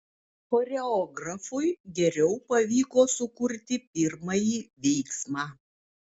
choreografui geriau pavyko sukurti pirmąjį veiksmą